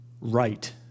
right